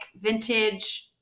vintage